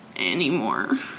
anymore